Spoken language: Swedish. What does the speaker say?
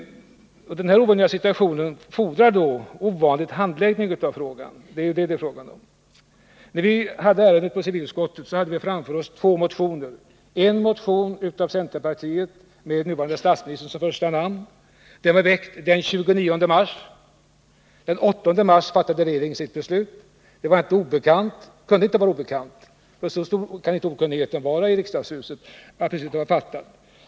Den här ovanliga situationen fordrar en ovanlig handläggning av frågan. När vi hade ärendet uppe till behandling i civilutskottet hade vi att ta ställning till två motioner — den ena från centerpartiet med Thorbjörn Fälldin som första namn. Den var väckt den 29 mars. Den 8 mars hade regeringen fattat sitt beslut. Det kunde inte vara obekant, för så stor kan inte okunnigheten vara i riksdagshuset.